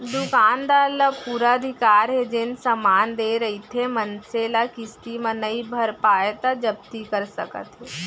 दुकानदार ल पुरा अधिकार हे जेन समान देय रहिथे मनसे ल किस्ती म नइ भर पावय त जब्ती कर सकत हे